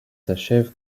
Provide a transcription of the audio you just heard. s’achève